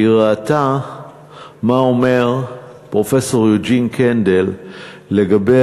והיא ראתה מה אומר פרופסור יוג'ין קנדל לגבי